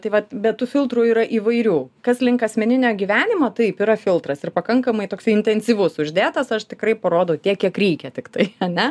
tai vat bet tų filtrų yra įvairių kas link asmeninio gyvenimo taip yra filtras ir pakankamai toksai intensyvus uždėtas aš tikrai parodau tiek kiek reikia tiktai ane